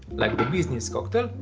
like the bee's knees cocktail,